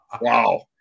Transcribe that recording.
Wow